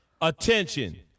Attention